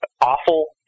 awful